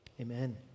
Amen